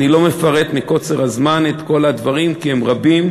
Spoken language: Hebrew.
אני לא מפרט מקוצר הזמן את כל הדברים כי הם רבים,